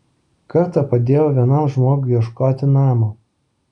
kartą padėjau vienam žmogui ieškoti namo